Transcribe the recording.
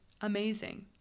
amazing